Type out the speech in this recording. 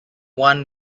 won